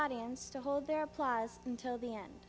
audience to hold their plies until the end